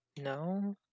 no